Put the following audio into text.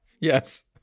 Yes